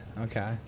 okay